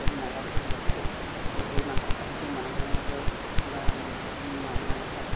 যদি নাৰাখে পশুটো আৰু সেই মাংস খালেতো মানুহৰ মাজৰ বা মানুহক